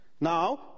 Now